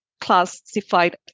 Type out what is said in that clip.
classified